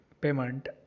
Payment